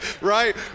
right